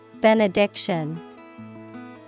Benediction